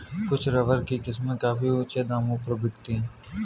कुछ रबर की किस्में काफी ऊँचे दामों पर बिकती है